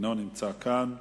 לא נמצא כאן.